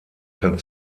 kann